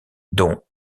dont